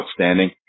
outstanding